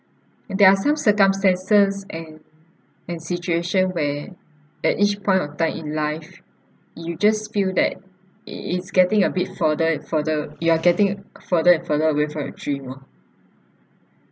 and there are some circumstances and and situation where at each point of time in life you just feel that it it's getting a bit further and further you are getting further and further away from your dream orh